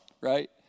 right